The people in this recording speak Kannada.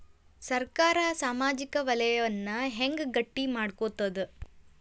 ಸರ್ಕಾರಾ ಸಾಮಾಜಿಕ ವಲಯನ್ನ ಹೆಂಗ್ ಗಟ್ಟಿ ಮಾಡ್ಕೋತದ?